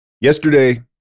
Yesterday